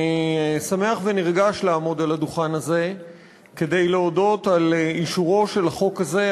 אני שמח ונרגש לעמוד על הדוכן הזה כדי להודות על אישורו של החוק הזה,